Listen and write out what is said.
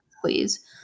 please